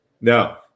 No